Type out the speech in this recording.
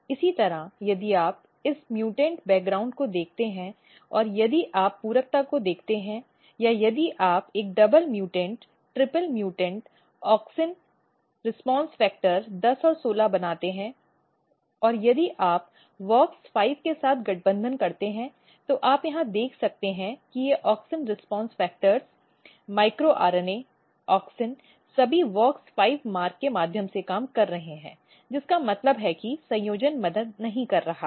इसी तरह यदि आप इस म्यूटेंट पृष्ठभूमि को देखते हैं और यदि आप पूरकता को देखते हैं या यदि आप एक double mutant triple mutant auxin प्रतिक्रिया कारक 10 16triple mutant auxin response factor 10 16 बनाते हैं तो यदि आप wox5 के साथ गठबंधन करते हैं तो आप यहां देख सकते हैं कि ये auxin response factors micro RNA auxin सभी WOX5 मार्ग के माध्यम से काम कर रहे हैं जिसका मतलब है कि संयोजन मदद नहीं कर रहा है